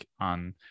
on